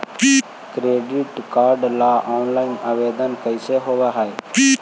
Credit card ल online आवेदन कैसे होब है?